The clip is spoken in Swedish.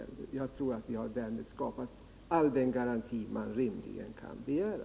Jag tror att vi har skapat alla de garantier som man rimligen kan begära.